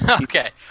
Okay